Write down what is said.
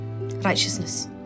Righteousness